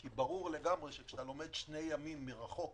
כי ברור לגמרי כשאתה לומד שלושה ימים מרחוק